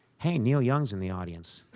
hey, neil young's in the audience.